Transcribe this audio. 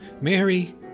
Mary